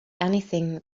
anything